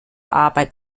arbeit